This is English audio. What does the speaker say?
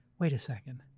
wait a second,